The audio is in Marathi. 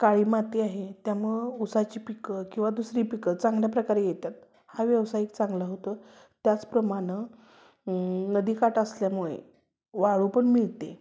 काळी माती आहे त्यामुळं ऊसाची पिकं किवा दुसरी पिकं चांगल्या प्रकारे येतात हा व्यवसाय एक चांगला होतो त्याचप्रमाणं नदीकाठ असल्यामुळे वाळू पण मिळते